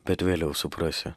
bet vėliau suprasi